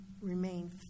remain